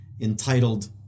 entitled